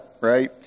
right